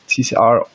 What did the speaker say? TCR